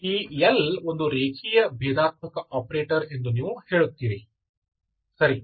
ಈ L ಒಂದು ರೇಖೀಯ ಭೇದಾತ್ಮಕ ಆಪರೇಟರ್ ಎಂದು ನೀವು ಹೇಳುತ್ತೀರಿ ಸರಿ